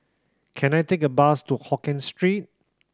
can I take a bus to Hokien Street